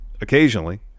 occasionally